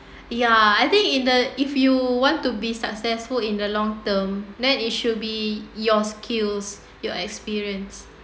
ya I think in the if you want to be successful in the long term then it should be your skills your experience